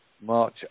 March